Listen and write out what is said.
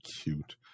cute